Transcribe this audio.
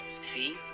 see